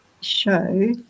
show